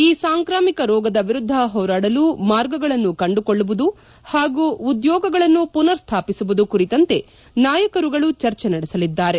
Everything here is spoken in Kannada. ಈ ಸಾಂಕ್ರಾಮಿಕ ರೋಗದ ವಿರುದ್ದ ಹೋರಾಡಲು ಮಾರ್ಗಗಳನ್ನು ಕಂಡುಕೊಳ್ಳುವುದು ಹಾಗೂ ಉದ್ಯೋಗಗಳನ್ನು ಪುನರ್ ಸ್ವಾಪಿಸುವುದು ಕುರಿತಂತೆ ನಾಯಕರುಗಳು ಚರ್ಚೆ ನಡೆಸಲಿದ್ದಾರೆ